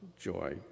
joy